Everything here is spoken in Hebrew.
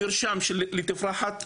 מרשם לתפרחת,